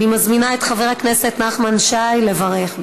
אני מזמינה את חבר הכנסת נחמן שי לברך.